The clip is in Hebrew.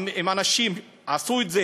אם אנשים עשו את,